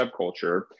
subculture